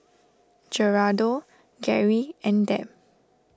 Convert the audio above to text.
Gerardo Gerry and Deb